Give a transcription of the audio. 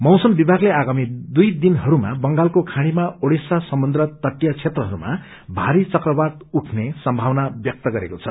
मौसम विभागले आगामी दुई दिनहरूमा बंगालको खाँड़ीमा ओड़िसा समुन्द्र तटिय क्षेत्रहरूमा भारी चक्रवात उठ्ने सम्भावना ब्यक्त गरेको छ